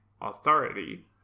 authority